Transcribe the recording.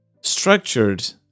structured